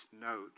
note